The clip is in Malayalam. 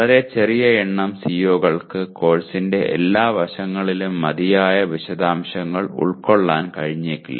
വളരെ ചെറിയ എണ്ണം CO കൾക്ക് കോഴ്സിന്റെ എല്ലാ വശങ്ങളിലും മതിയായ വിശദാംശങ്ങൾ ഉൾക്കൊള്ളാൻ കഴിഞ്ഞേക്കില്ല